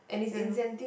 and